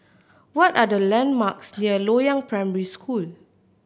what are the landmarks near Loyang Primary School